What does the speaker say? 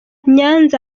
nyanza